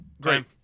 great